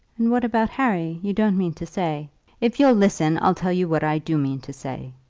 and what about harry? you don't mean to say if you'll listen, i'll tell you what i do mean to say.